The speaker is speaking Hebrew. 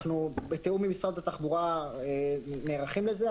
בתיאום עם משרד התחבורה אנחנו נערכים לזה.